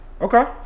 Okay